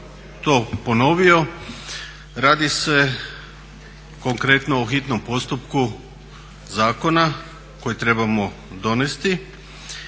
to ponovio radi se konkretno o hitnom postupku zakona koji trebamo donijeti